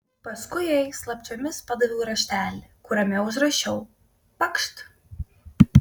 paskui jai slapčiomis padaviau raštelį kuriame užrašiau pakšt